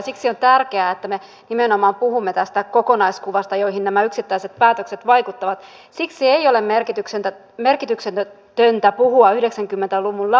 oppositio on pyrkinyt viime päivinä esittämään esimerkiksi lapsiin kohdistuvat päätökset vaikuttavat itselle merkityksentä merkityksen enkä puhua hyvin yksipuolisesti